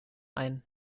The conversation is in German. ein